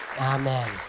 Amen